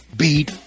beat